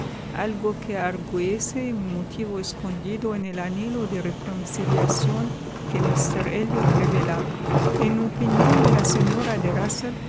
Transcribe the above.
algo que arguyese un motivo escondido en el anhelo de reconciliación que míster elliot revelaba en opinión de la señora